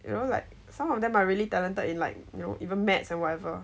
you know like some of them are really talented in like you know even maths or whatever